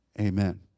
Amen